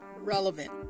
relevant